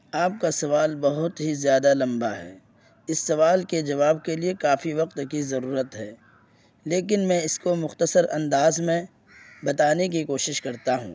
آپ کا سوال بہت ہی زیادہ لمبا ہے اس سوال کے جواب کے لیے کافی وقت کی ضرورت ہے لیکن میں اس کو مختصر انداز میں بتانے کی کوشش کرتا ہوں